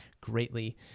greatly